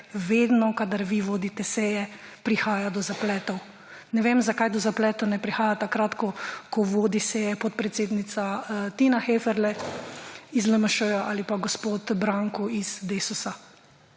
vedno kadar vi vodite seje, prihaja do zapletov. Ne vem zakaj do zapletov ne prihaja takrat, ko vodi seje podpredsednica Tina Heferle iz LMŠ ali pa gospod Branko iz Desusa.